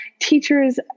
teachers